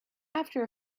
after